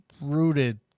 rooted